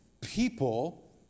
people